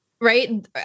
right